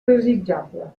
desitjable